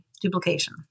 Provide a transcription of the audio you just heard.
duplication